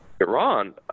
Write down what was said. iran